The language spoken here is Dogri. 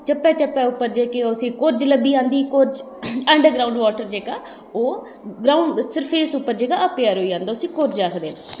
चप्पे चप्पे उप्पर जेह्की उस्सी कोरज लब्भी जंदी ही कोरज अंडरग्राउंड वाटर जेहका ओह् इस उप्पर जेह्ड़ा आपे आई जंदा हा जिस्सी कोरज आखदे न